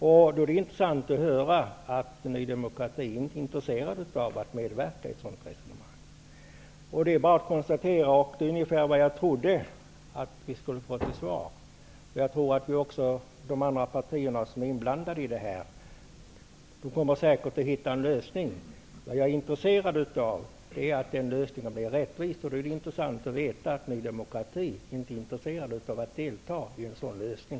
Det var intressant att höra att man i Ny demokrati inte är intresserad av att medverka i ett sådant resonemang. Detta svar var ungefär det jag förväntade mig. Jag tror också att de andra partierna som är inblandade i detta säkert kommer att hitta en lösning. Vad jag är intresserad av är att den lösningen blir rättvis. Då är det intressant att veta att man från Ny demokratis sida inte är intresserad av att medverka till en sådan lösning.